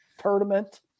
tournament